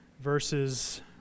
verses